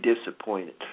disappointed